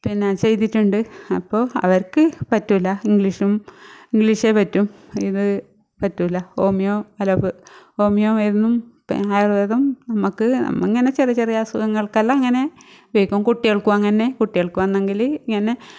പിന്നെ ചെയ്തിട്ടുണ്ട് അപ്പോൾ അവർക്കിനി പറ്റൂല്ല ഇംഗ്ലീഷും ഇംഗ്ലീഷേ പറ്റു ഇത് പറ്റൂല്ല ഹോമിയോ അലോപ ഹോമിയോ മരുന്നും ആയുർവേദം നമുക്ക് ഇങ്ങനെ ചെറിയ ചെറിയ അസുഖങ്ങൾക്കെല്ലാം അങ്ങനെ വേഗം കുട്ടികൾക്കും അങ്ങനെ കുട്ടികൾക്ക് വന്നെങ്കിൽ ഇങ്ങനെ